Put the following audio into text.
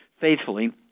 faithfully